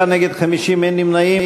בעד, 36, נגד, 50, אין נמנעים.